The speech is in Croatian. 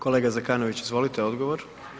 Kolega Zekanović, izvolite odgovor.